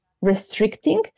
restricting